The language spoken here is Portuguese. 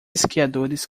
esquiadores